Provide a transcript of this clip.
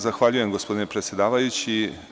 Zahvaljujem se, gospodine predsedavajući.